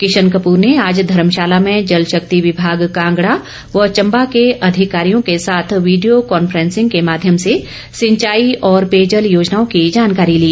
किशन कपुर ने आज धर्मशााला मे जल शक्ति विभाग कांगड़ा व चंबा के अधिकारियों के साथ वीडियो कांफ्रेसिंग के माध्यम से सिंचाई और पेयजल योजनाओं की जानकारी ली